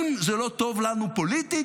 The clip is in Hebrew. אם זה לא טוב לנו פוליטית,